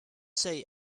say